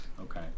Okay